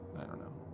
i don't know.